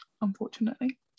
unfortunately